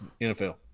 NFL